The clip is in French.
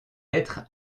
lettre